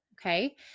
okay